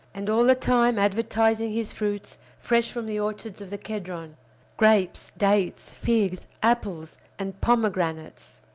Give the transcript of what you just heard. and all the time advertising his fruits fresh from the orchards of the kedron grapes, dates, figs, apples, and pomegranates.